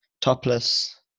topless